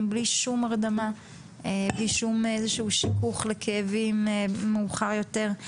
בלי שום הרדמה ובלי שום שיכוך כאבים מאוחר יותר.